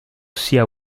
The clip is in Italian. sia